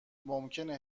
ممکنه